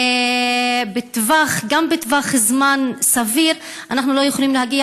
גם בטווח זמן סביר אנחנו לא יכולים להגיע